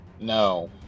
No